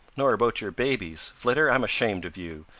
nor about your babies. flitter, i'm ashamed of you.